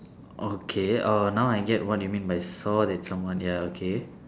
okay uh now I get what mean by saw that someone ya okay